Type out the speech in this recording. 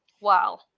Wow